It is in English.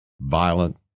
violent